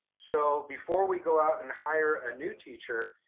so before we go out and hire a new teacher,